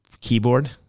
keyboard